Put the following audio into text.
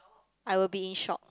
I will be shocked